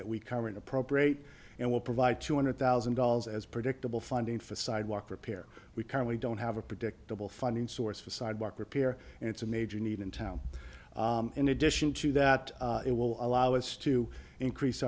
that we current appropriate and we'll provide two hundred thousand dollars as predictable funding for sidewalk repair we currently don't have a predictable funding source for sidewalk repair and it's a major need in town in addition to that it will allow us to increase